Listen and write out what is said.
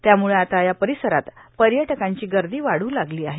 त्यामुळे आता या परिसरात पर्यटकांची गर्दी वाढू लागली आहे